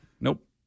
Nope